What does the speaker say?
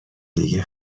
دیگه